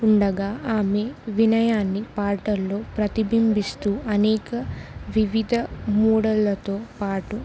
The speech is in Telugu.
ఉండగా ఆమె వినయాన్ని పాటల్లో ప్రతిబింబిస్తూ అనేక వివిధ మూడలతో పాటు